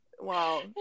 wow